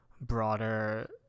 broader